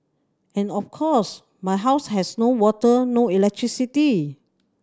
and of course my house has no water no electricity